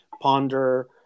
ponder